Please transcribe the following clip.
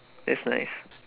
that's nice